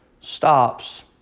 stops